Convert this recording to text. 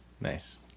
Nice